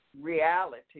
Reality